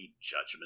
Judgment